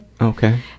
Okay